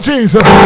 Jesus